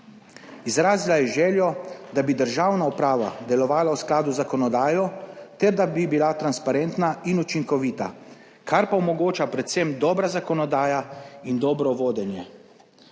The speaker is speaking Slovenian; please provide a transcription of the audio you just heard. Izrazila je željo, da bi državna uprava delovala v skladu z zakonodajo ter da bi bila transparentna in učinkovita, kar pa omogoča predvsem dobra zakonodaja in dobro vodenje.